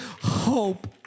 hope